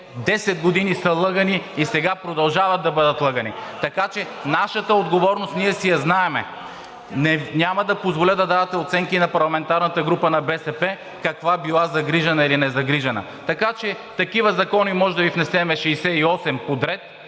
10 години са лъгани и сега продължават да бъдат лъгани. Нашата отговорност ние си я знаем. Няма да позволя да давате оценки на парламентарната група на БСП – каква била загрижена или незагрижена. Така че можем да Ви внесем подред